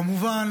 כמובן,